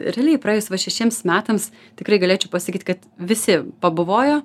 realiai praėjus va šešiems metams tikrai galėčiau pasakyt kad visi pabuvojo